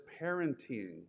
parenting